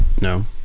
No